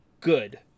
good